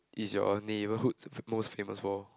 is your neighbourhood most famous for